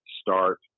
start